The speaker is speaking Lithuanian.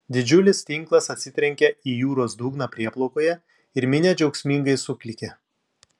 didžiulis tinklas atsitrenkia į jūros dugną prieplaukoje ir minia džiaugsmingai suklykia